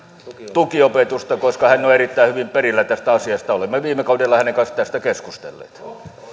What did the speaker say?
tukiopetusta koska hän on erittäin hyvin perillä tästä asiasta olemme viime kaudella hänen kanssaan tästä keskustelleet